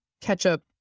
ketchup